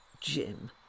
Jim